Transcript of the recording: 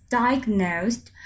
diagnosed